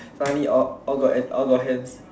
funny or all got all got hands